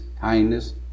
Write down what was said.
kindness